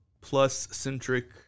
Plus-centric